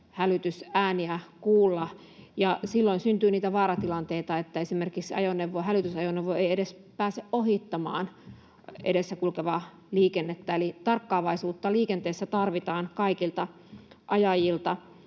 hälytysääniä kuulla, ja silloin syntyy niitä vaaratilanteita, että esimerkiksi hälytysajoneuvo ei edes pääse ohittamaan edessä kulkevaa liikennettä. Eli tarkkaavaisuutta liikenteessä tarvitaan kaikilta ajajilta